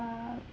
err